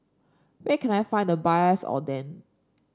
where can I find the Oden